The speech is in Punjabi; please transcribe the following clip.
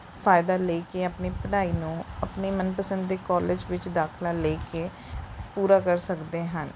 ਫਾਇਦਾ ਲੈ ਕੇ ਆਪਣੀ ਪੜ੍ਹਾਈ ਨੂੰ ਆਪਣੇ ਮਨਪਸੰਦ ਦੇ ਕੋਲੇਜ ਵਿੱਚ ਦਾਖਲਾ ਲੈ ਕੇ ਪੂਰਾ ਕਰ ਸਕਦੇ ਹਨ